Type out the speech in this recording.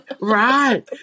right